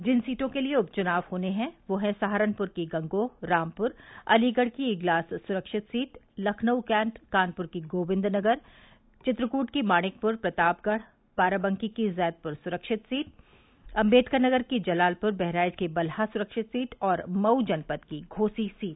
जिन सीटों के लिये उप चुनाव होने हैं वे हैं सहारनपुर की गंगोह रामपुर अलीगढ़ की इग्लास सुरक्षित सीट लखनऊ कैंट कानपुर की गोविंदनगर चित्रकूट की मानिकपुर प्रतापगढ़ बाराबंकी की जैदपुर सुरक्षित सीट अम्बेडकरनगर की जलालपुर बहराइच की बलहा सुरक्षित सीट और मऊ जनपद की घोसी सीट